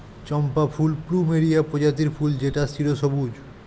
চম্পা ফুল প্লুমেরিয়া প্রজাতির ফুল যেটা চিরসবুজ